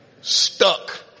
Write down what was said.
Stuck